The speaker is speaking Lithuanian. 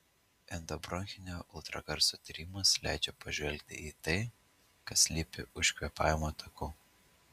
endobronchinio ultragarso tyrimas leidžia pažvelgti į tai kas slypi už kvėpavimo takų